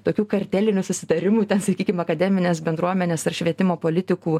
tokių kartelinių susitarimų ten sakykim akademinės bendruomenės ar švietimo politikų